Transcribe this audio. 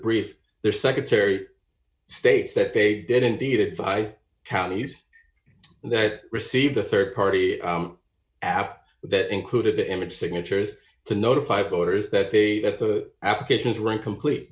brief there secretary states that they did indeed advise counties that received a rd party app that included the image signatures to notify voters that they get the applications right complete